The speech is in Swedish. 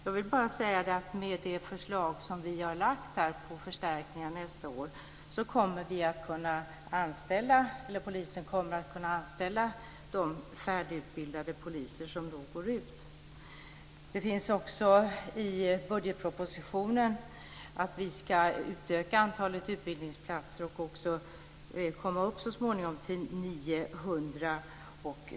Jag vill bara säga att med det förslag som vi har lagt om förstärkningar nästa år kommer polisen att kunna anställa de färdigutbildade poliser som då går ut. Det finns också i budgetpropositionen förslag om att utöka antalet utbildningsplatser för att så småningom komma upp till 900.